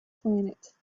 planet